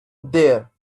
there